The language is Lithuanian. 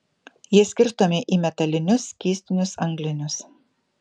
jie skirstomi į metalinius skystinius anglinius